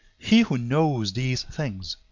he who knows these things,